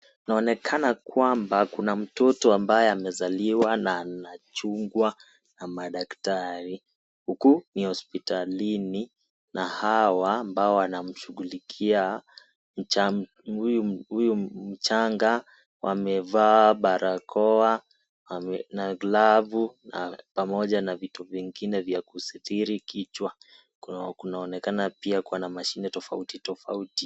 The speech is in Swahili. Naonekana kwamba kuna mtoto ambaye amezaliwa na anachungwa na madaktari. Uku ni hospitalini na hawa ambao wanamshugulikia huyu mchanga wamevaa barakoa, na glavu, pamoja na vitu vingine vya kusitiri kichwa. Kunaonekana pia kuna mashine tofauti tofauti.